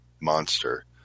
monster